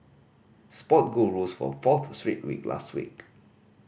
spot gold rose for a fourth straight week last week